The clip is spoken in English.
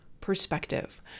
perspective